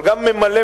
אבל גם ממלא-מקומו,